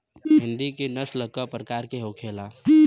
हिंदी की नस्ल का प्रकार के होखे ला?